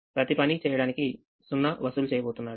ప్రతి పని చేయడానికి 0 వసూలు చేయబోతున్నాడు